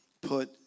put